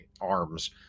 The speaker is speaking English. arms